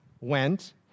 went